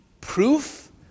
proof